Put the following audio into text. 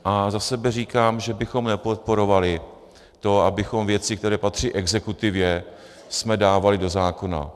A za sebe říkám, že bychom nepodporovali to, abychom věci, které patří exekutivě, dávali do zákona.